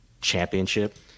championship